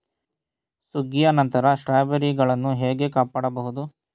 ಸುಗ್ಗಿಯ ನಂತರ ಸ್ಟ್ರಾಬೆರಿಗಳನ್ನು ಹೇಗೆ ಕಾಪಾಡ ಬಹುದು?